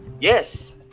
Yes